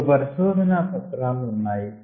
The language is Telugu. రెండు పరిశోధనా పత్రాలు ఉన్నాయి